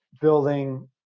building